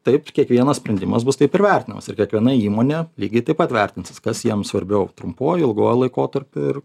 taip kiekvienas sprendimas bus taip ir vertinamas ir kiekviena įmonė lygiai taip pat vertinsis kas jiem svarbiau trumpuoju ilguoju laikotarpiu ir